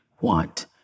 want